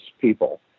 people